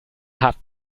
hat